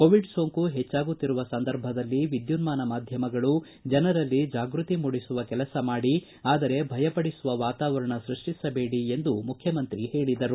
Covid ಸೋಂಕು ಹೆಚ್ಚಾಗುತ್ತಿರುವ ಸಂದರ್ಭದಲ್ಲಿ ವಿದ್ಯುನ್ಮಾನ ಮಾಧ್ಯಮಗಳು ಜನರಲ್ಲಿ ಜಾಗೃತಿ ಮೂಡಿಸುವ ಕೆಲಸ ಮಾಡಿ ಆದರೆ ಭಯಪಡಿಸುವ ವಾತಾವರಣ ಸೃಷ್ಟಿಸಬೇಡಿ ಎಂದು ಹೇಳಿದರು